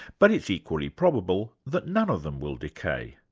but it's equally probable that none of them will decay.